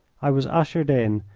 i was ushered in,